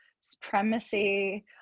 supremacy